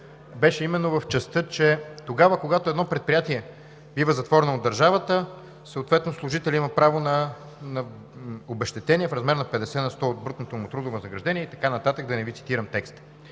беше именно в частта, че тогава, когато „едно предприятие бива затворено от държавата, съответно служителят има право на обезщетение в размер на 50 на 100 от брутното му трудово възнаграждение“... и така нататък, да не Ви цитирам текста.